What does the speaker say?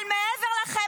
אבל מעבר לכם,